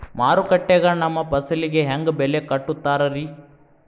ಮಾರುಕಟ್ಟೆ ಗ ನಮ್ಮ ಫಸಲಿಗೆ ಹೆಂಗ್ ಬೆಲೆ ಕಟ್ಟುತ್ತಾರ ರಿ?